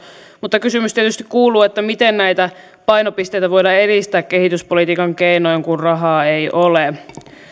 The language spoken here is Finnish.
mutta kysymys tietysti kuuluu miten näitä painopisteitä voidaan edistää kehityspolitiikan keinoin kun rahaa ei ole